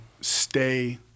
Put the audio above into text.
stay